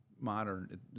modern